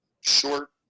short